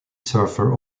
surfer